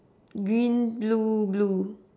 green blue blue